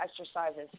exercises